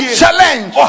challenge